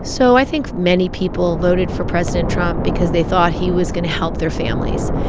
so i think many people voted for president trump because they thought he was going to help their families.